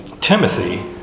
Timothy